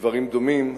בדברים דומים,